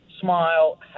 smile